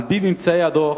על-פי ממצאי הדוח,